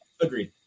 Agreed